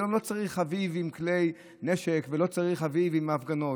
היום לא צריך אביב עם כלי נשק ולא צריך אביב עם הפגנות.